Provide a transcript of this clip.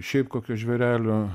šiaip kokio žvėrelio